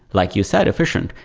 like you said, efficient.